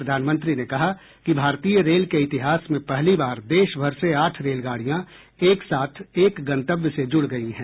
प्रधानमंत्री ने कहा कि भारतीय रेल के इतिहास में पहली बार देशभर से आठ रेलगाड़ियां एक साथ एक गन्तव्य से जुड़ गई हैं